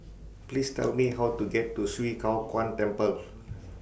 Please Tell Me How to get to Swee Kow Kuan Temple